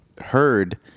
heard